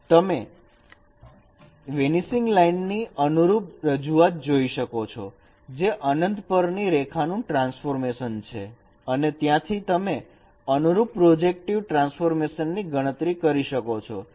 તેથી તમે vanishing line ની અનુરૂપ રજૂઆત જોઈ શકો છો જે અનંત પરની રેખાનું ટ્રાન્સફોર્મેશન છે અને ત્યાંથી તમે અનુરૂપ પ્રોજેક્ટિવ ટ્રાન્સફોર્મેશન ની ગણતરી કરી શકો છો